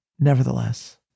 nevertheless